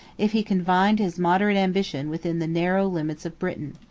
if he confined his moderate ambition within the narrow limits of britain.